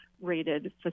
rated